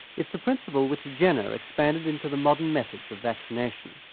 it is the principle which jenner expanded into the modern method so of vaccination.